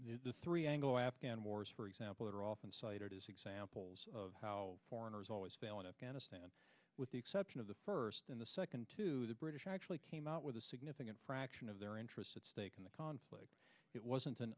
the three angle afghan wars for example are often cited as examples of how foreigners always fail in afghanistan with the exception of the first in the second to the british actually came out with a significant fraction of their interests at stake in the conflict it wasn't an